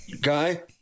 Guy